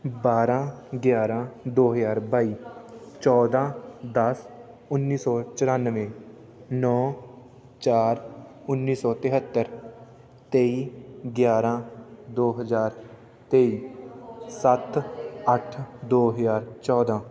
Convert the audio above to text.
ਬਾਰ੍ਹਾਂ ਗਿਆਰ੍ਹਾਂ ਦੋ ਹਜ਼ਾਰ ਬਾਈ ਚੌਦ੍ਹਾਂ ਦਸ ਉੱਨੀ ਸੌ ਚੁਰਾਨਵੇਂ ਨੌ ਚਾਰ ਉੱਨੀ ਸੌ ਤਿਹੱਤਰ ਤੇਈ ਗਿਆਰ੍ਹਾਂ ਦੋ ਹਜ਼ਾਰ ਤੇਈ ਸੱਤ ਅੱਠ ਦੋ ਹਜ਼ਾਰ ਚੌਦ੍ਹਾਂ